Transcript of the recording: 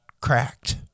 cracked